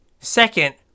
second